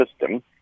system